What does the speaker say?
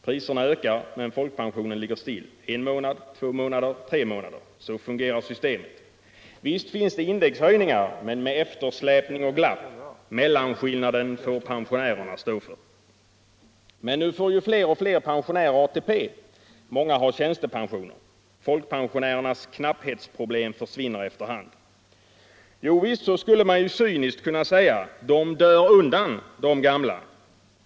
Priserna ökar, men folkpensionen ligger still — en månad, två månader, tre månader. Så fungerar systemet. Visst finns det indexhöjningar, men med eftersläpning och glapp. Mellanskillnaden får pensionärerna stå för. Men nu får ju fler och fler pensionärer ATP, många har tjänstepensioner. Folkpensionärernas knapphetsproblem försvinner eftter hand. Jo visst, så skulle man ju cyniskt kunna säga. De dör undan, de gamla.